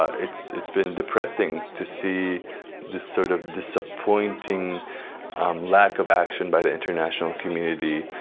ah it's it's been depressing to see this sort of disappointing lack of action by the international community,